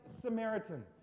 Samaritan